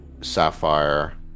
Sapphire